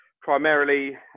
primarily